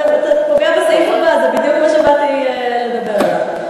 אתה פוגע בסעיף הבא, זה בדיוק מה שבאתי לדבר עליו.